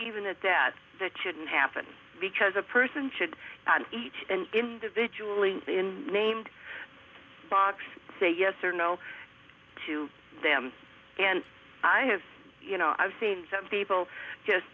even at that that shouldn't happen because a person should each and individually in named box say yes or no to them and i have you know i've seen some people just